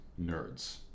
nerds